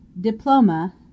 Diploma